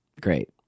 Great